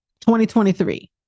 2023